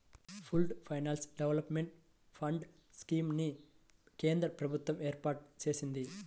pooled finance development fund scheme ని కేంద్ర ప్రభుత్వం ఏర్పాటు చేసింది